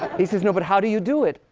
he says, no. but how do you do it?